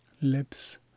lips